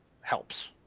helps